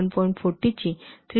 40 ची 3